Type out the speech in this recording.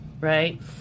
right